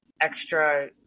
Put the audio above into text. extra